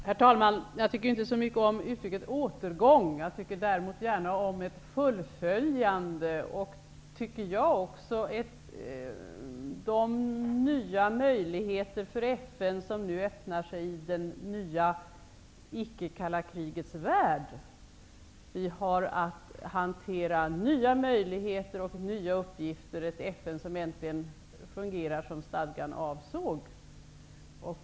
Herr talman! Jag tycker inte så bra om uttrycket ''återgång''. Jag använder däremot gärna uttrycket ''fullföljande''. Det öppnar sig nu nya möjligheter för FN i en värld utan det kalla kriget. Vi har att hantera nya möjligheter och nya uppgifter i ett FN som äntligen fungerar som stadgan avsåg.